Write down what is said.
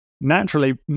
naturally